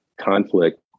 conflict